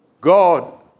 God